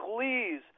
please